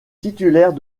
titulaire